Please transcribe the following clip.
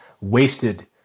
wasted